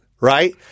right